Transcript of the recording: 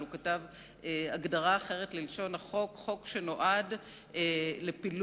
אבל הוא כתב הגדרה אחרת ללשון החוק: חוק שנועד לפילוג